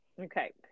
Okay